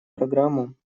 программу